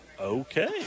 Okay